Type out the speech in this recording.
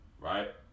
right